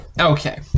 Okay